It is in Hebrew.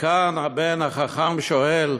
וכאן הבן החכם שואל: